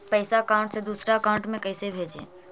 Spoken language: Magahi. पैसा अकाउंट से दूसरा अकाउंट में कैसे भेजे?